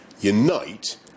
unite